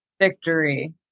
victory